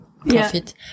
profit